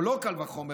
או לא קל וחומר,